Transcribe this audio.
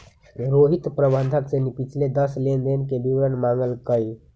रोहित प्रबंधक से पिछले दस लेनदेन के विवरण मांगल कई